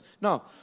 No